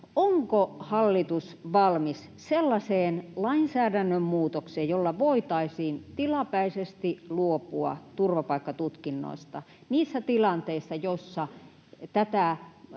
onko hallitus valmis sellaiseen lainsäädännön muutokseen, jolla voitaisiin tilapäisesti luopua turvapaikkatutkinnasta niissä tilanteissa, joissa tätä